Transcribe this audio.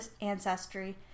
ancestry